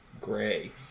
gray